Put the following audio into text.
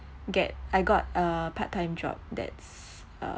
get I got a part time job that's uh